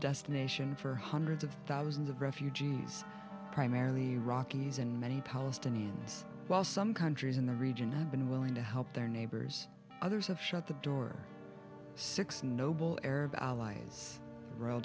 destination for hundreds of thousands of refugees primarily rocky's and many palestinians while some countries in the region have been willing to help their neighbors others have shut the door six noble arab allies rol